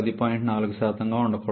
4గా ఉండకూడదు